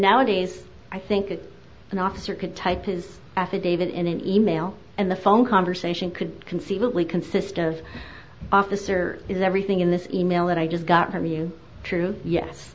nowadays i think that an officer could type his affidavit in an e mail and the phone conversation could conceivably consist of officer is everything in this e mail that i just got from you true yes